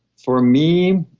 for me,